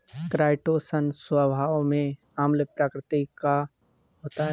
chitosan स्वभाव में अम्ल प्रकृति का होता है